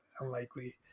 unlikely